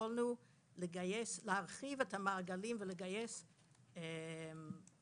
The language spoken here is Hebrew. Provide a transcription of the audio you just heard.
יכולנו להרחיב את המעגלים ולגייס מעגלים